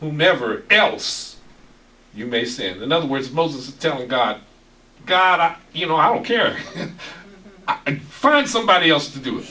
whomever else you may send in other words moses telling god god you know i don't care and find somebody else to do it